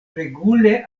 regule